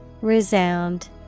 Resound